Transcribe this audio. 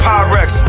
Pyrex